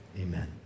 amen